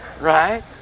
Right